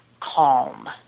calm